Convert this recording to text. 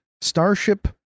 starship